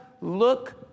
look